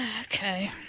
Okay